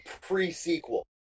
pre-sequel